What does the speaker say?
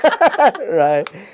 right